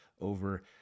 over